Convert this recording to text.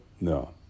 No